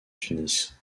tunis